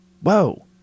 Whoa